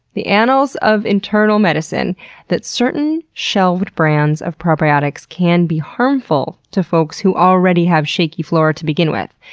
the annals of internal medicine that certain shelved brands of probiotics can be harmful to folks who already have shaky flora to begin with.